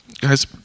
guys